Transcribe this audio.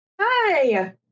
Hi